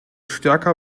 stärker